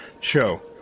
show